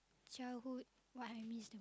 childhood what I missed